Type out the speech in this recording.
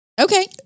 Okay